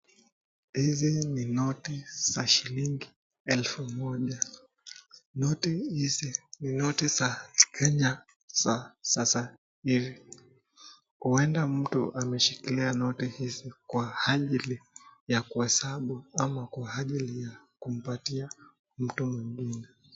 Hizi ni noti za shilingi elfu moja. Noti hizi ni noti za Kenya za sasa hivi. Huenda mtu ameshikilia noti hizi kwa ajili ya kuhesabu ama kwa ajili ya kumpatia mtu mwigine.